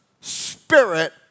spirit